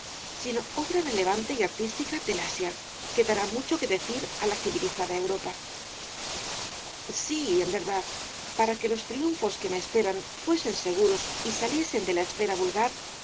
sino obra relevante y artística del asia que dará mucho que decir á la civilizada europa sí en verdad para que los triunfos que me esperan fuesen seguros y saliesen de la esfera vulgar